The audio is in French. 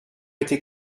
été